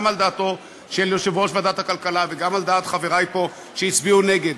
גם על דעתו של יושב-ראש ועדת הכלכלה וגם על דעת חברי פה שהצביעו נגד.